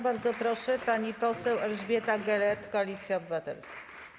Bardzo proszę pani poseł Elżbieta Gelert, Koalicja Obywatelska.